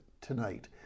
tonight